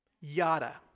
yada